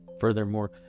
Furthermore